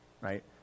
right